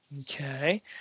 Okay